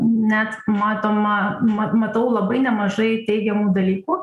net matoma mat matau labai nemažai teigiamų dalykų